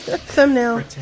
thumbnail